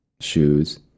shoes